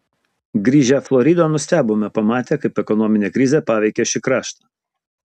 grįžę floridon nustebome pamatę kaip ekonominė krizė paveikė šį kraštą